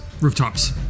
Rooftops